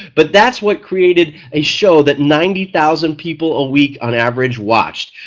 but that's what created a show that ninety thousand people a week on average watch,